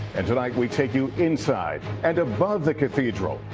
and tonight we take you inside and above the cathedral.